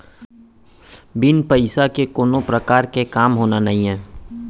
बिन पइसा के कोनो परकार के काम होना नइये